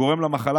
הגורם למחלה